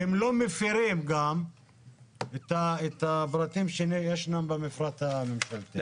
שהם לא מפרים גם את הפרטים שישנם במפרט הממשלתי.